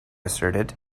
asserted